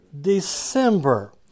December